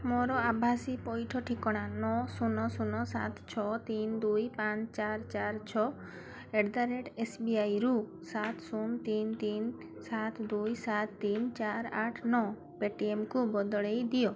ମୋର ଆଭାସୀ ପଇଠ ଠିକଣା ନଅ ଶୂନ ଶୂନ ସାତ ଛଅ ତିନି ଦୁଇ ପାଞ୍ଚ ଚାରି ଚାରି ଛଅ ଆଟ୍ ଦ ରେଟ୍ ଏସ୍ବିଆଇରୁ ସାତ ଶୂନ ତିନି ତିନି ସାତ ଦୁଇ ସାତ ତିନି ଚାରି ଆଠ ନଅ ପେଟିଏମ୍କୁ ବଦଳେଇ ଦିଅ